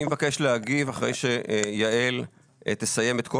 אני מבקש להגיב אחרי שיעל תסיים את כל